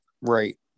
Right